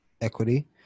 equity